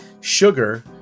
sugar